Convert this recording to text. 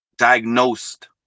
diagnosed